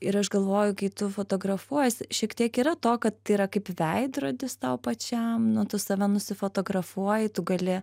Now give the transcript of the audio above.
ir aš galvoju kai tu fotografuojies šiek tiek yra to kad tai yra kaip veidrodis tau pačiam nu tu save nusifotografuoji tu gali